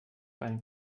einen